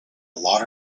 lot